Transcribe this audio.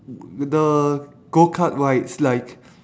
the go kart rides like